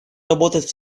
работать